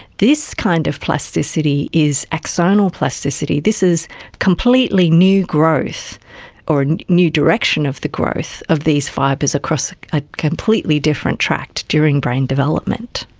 this kind of plasticity is axonal plasticity. this is completely new growth or a new direction of the growth of these fibres across a completely different tract during brain development.